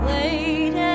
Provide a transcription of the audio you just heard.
Wait